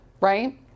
right